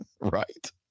right